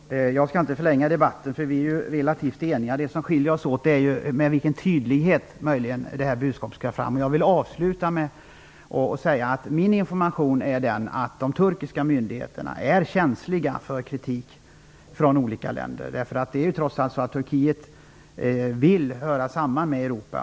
Fru talman! Jag skall inte förlänga debatten, eftersom vi är relativt eniga. Det som möjligen skiljer oss åt är vår uppfattning om med vilken tydlighet detta budskap skall fram. Jag vill avslutningsvis säga att min information är att de turkiska myndigheterna är känsliga för kritik från olika länder. Turkiet vill trots allt av flera olika skäl höra samman med Europa.